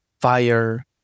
fire